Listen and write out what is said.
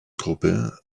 gruppe